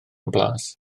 blas